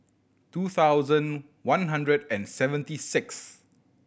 two thousand one hundred and seventy six